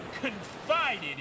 confided